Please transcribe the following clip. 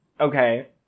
Okay